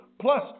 Plus